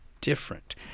different